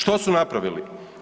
Što su napravili?